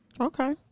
Okay